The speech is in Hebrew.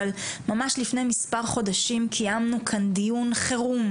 אבל ממש לפני מספר חודשים קיימנו כאן דיון חירום,